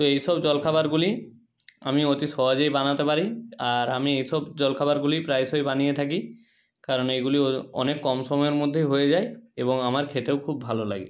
তো এই সব জলখাবারগুলি আমি অতি সহজেই বানাতে পারি আর আমি এসব জলখাবারগুলি প্রায়শই বানিয়ে থাকি কারণ এগুলিও অনেক কম সময়ের মধ্যেই হয়ে যায় এবং আমার খেতেও খুব ভালো লাগে